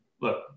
look